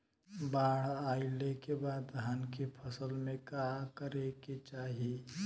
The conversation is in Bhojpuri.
बाढ़ आइले के बाद धान के फसल में का करे के चाही?